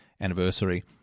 anniversary